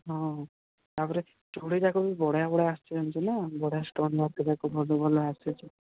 ହଁ ତା'ପରେ ଚୁଡ଼ି ଯାକ ବି ବଢ଼ିଆ ବଢ଼ିଆ ଆସିଛି ଜାଣିଛୁ ନା ବଢ଼ିଆ ଷ୍ଟୋନ୍ ମୋତି ଯାକ ଭଲ ଭଲ ଆସିଛି